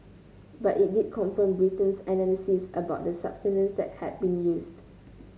but it did confirm Britain's analysis about the substance that had been used